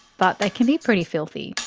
but they can be pretty filthy.